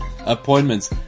appointments